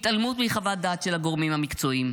התעלמות מחוות דעת של הגורמים המקצועיים,